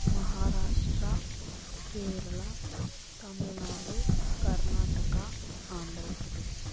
Maharashtra Kerala Tamil Nadu Karnataka Andhra Pradesh